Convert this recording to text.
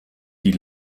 die